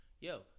Yo